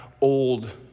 old